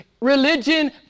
Religion